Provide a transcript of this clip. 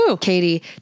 Katie